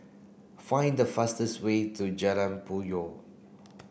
find the fastest way to Jalan Puyoh